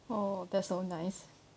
oh that's so nice